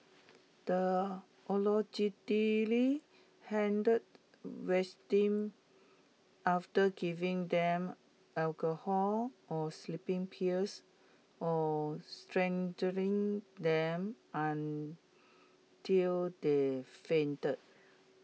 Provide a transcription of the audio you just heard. the allegedly hanged victims after giving them alcohol or sleeping pills or strangling them until they fainted